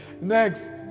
Next